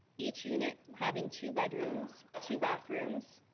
each unit having two bedrooms, two bathrooms,